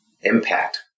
Impact